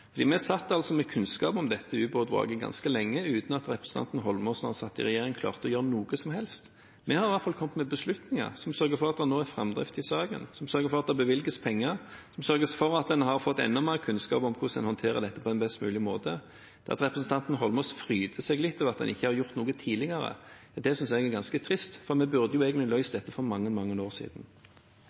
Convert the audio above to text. representanten Eidsvoll Holmås, da han satt i regjering, klarte å gjøre noe som helst. Vi har i hvert fall kommet med beslutninger som sørger for at det nå er framdrift i saken, som sørger for at det bevilges penger, som sørger for at en har fått enda mer kunnskap om hvordan en håndterer dette på en best mulig måte. At representanten Eidsvoll Holmås fryder seg litt over at en ikke har gjort noe tidligere, synes jeg er ganske trist, for dette burde vi egentlig ha løst for mange, mange år siden.